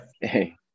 Hey